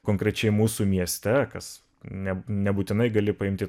konkrečiai mūsų mieste kas ne nebūtinai gali paimti